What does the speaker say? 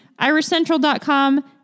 Irishcentral.com